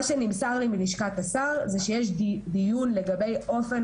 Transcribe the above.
מה שנמסר לי מלשכת השר זה שיש דיון לגבי אופן